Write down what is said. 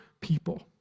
people